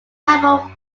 powerful